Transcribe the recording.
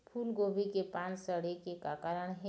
फूलगोभी के पान सड़े के का कारण ये?